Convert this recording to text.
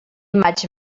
maig